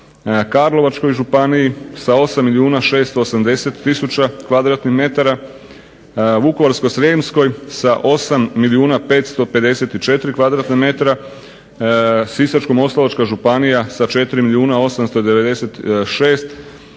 Karlovačkoj županiji sa 8 milijuna 680 tisuća m2, Vukovarsko-srijemskoj sa 8 milijuna 554 m2, Sisačko-moslavačka županija sa 4 milijuna 896 tisuća